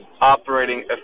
Operating